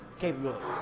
capabilities